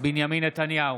בנימין נתניהו,